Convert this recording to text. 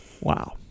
Wow